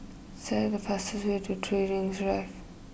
select the fastest way to three Rings Drive